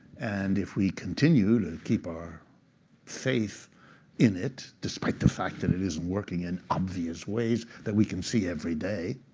and if we continue to keep our faith in it, despite the fact that it isn't working in obvious ways that we can see every day,